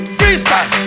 Freestyle